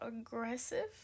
aggressive